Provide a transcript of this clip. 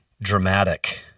dramatic